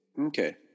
Okay